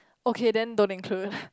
okay then don't include